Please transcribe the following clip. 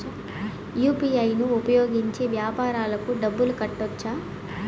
UPI ను ఉపయోగించి వ్యాపారాలకు డబ్బులు కట్టొచ్చా?